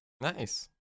nice